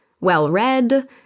well-read